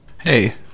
Hey